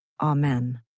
Amen